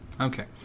Okay